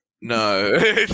No